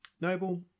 noble